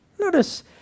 Notice